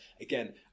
again